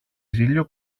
ζήλιω